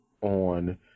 on